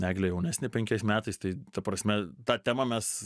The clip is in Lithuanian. eglė jaunesnė penkiais metais tai ta prasme tą temą mes